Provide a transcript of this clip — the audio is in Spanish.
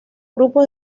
grupos